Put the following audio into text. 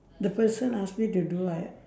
the person asked me to do I